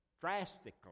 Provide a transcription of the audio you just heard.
drastically